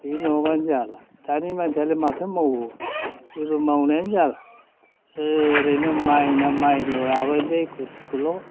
बे नङाबानो जाला दानि मानसियालाय माथो मावो जेबो मावनायानो जाला ओरैनो माइना माइल' लाबोनोसै गुथिखौल'